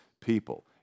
people